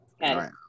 right